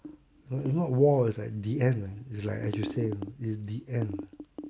if not war is at the end leh it's like as you said it's the end